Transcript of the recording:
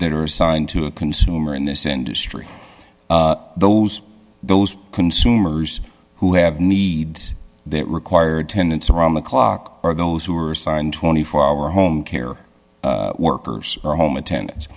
that are assigned to a consumer in this industry those those consumers who have needs that required tendency around the clock or those who are assigned twenty four hour home care workers or home attendan